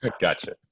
Gotcha